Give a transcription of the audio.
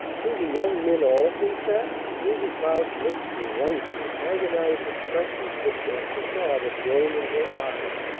do the young men all think that? julia cloud's lips were white, and an agonized expression for the church of god had grown in her eyes.